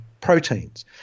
proteins